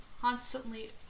constantly